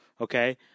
Okay